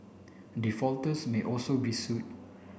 defaulters may also be sued